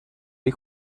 dei